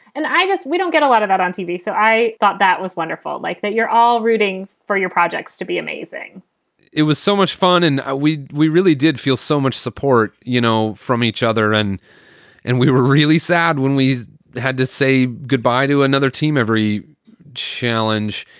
and i just we don't get a lot of that on tv. so i thought that was wonderful. like that. you're all rooting for your projects to be amazing it was so much fun. and ah we we really did feel so much support, you know, from each other. and and we were really sad when we had to say goodbye to another team. every challenge.